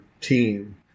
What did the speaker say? team